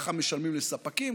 ככה משלמים לספקים,